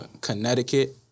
Connecticut